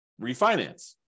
refinance